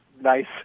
nice